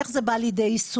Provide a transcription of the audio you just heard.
איך זה בא לידי יישום?